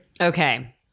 Okay